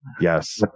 yes